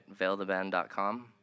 VeilTheBand.com